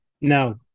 No